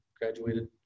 graduated